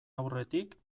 aurretik